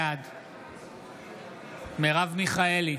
בעד מרב מיכאלי,